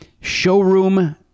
Showroom